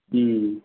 হুম